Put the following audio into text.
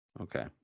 okay